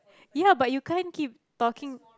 ya but you can't keep talking